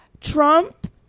Trump